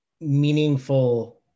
meaningful